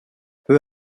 peu